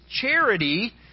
charity